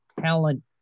talent